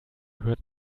hört